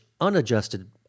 unadjusted